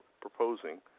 proposing